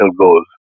Goals